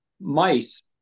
mice